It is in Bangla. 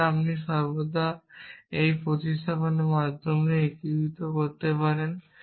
এবং আপনি সর্বদা একটি প্রতিস্থাপনের মাধ্যমে একীভূত করতে পারেন